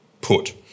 put